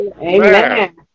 Amen